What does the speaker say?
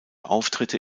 auftritte